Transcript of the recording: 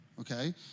Okay